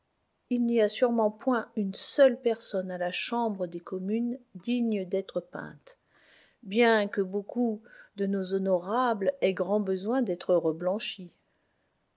il n'y a sûrement point une seule personne à la chambre des communes digne d'être peinte bien que beaucoup de nos honorables aient grand besoin d'être reblanchis